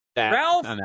ralph